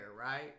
right